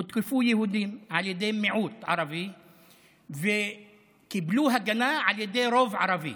הותקפו יהודים על ידי מיעוט ערבי וקיבלו הגנה על ידי רוב ערבי.